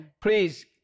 please